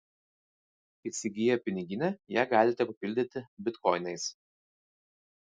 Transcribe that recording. įsigiję piniginę ją galite papildyti bitkoinais